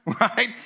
right